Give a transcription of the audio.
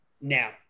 now